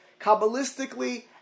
Kabbalistically